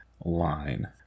line